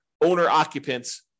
owner-occupants